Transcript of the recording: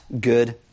good